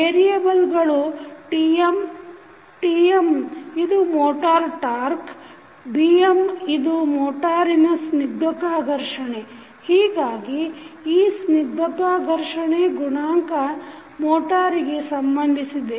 ವೇರಿಯೆನಲ್ಗಳು Tm Tm ಇದು motor torque Bm ಇದು ಮೋಟಾರಿನ ಸ್ನಿಗ್ಧತಾ ಘರ್ಷಣೆ ಹೀಗಾಗಿ ಈ ಸ್ನಿಗ್ಧತಾ ಘರ್ಷಣೆ ಗುಣಾಂಕ ಮೋಟಾರಿಗೆ ಸಂಬಂಧಿಸಿದೆ